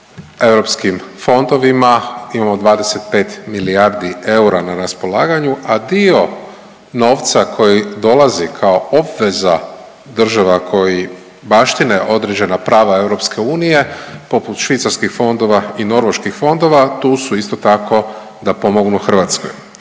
europskim fondovima, imamo 25 milijardi eura na raspolaganju, a dio novca koji dolazi kao obveza država koji baštine određena prava EU poput švicarskih fondova i norveških fondova, tu su isto tako da pomognu Hrvatskoj.